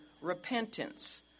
repentance